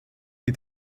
die